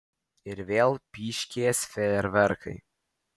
ir vėl pyškės fejerverkai